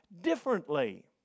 differently